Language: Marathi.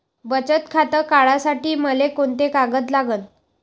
बचत खातं काढासाठी मले कोंते कागद लागन?